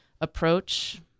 approach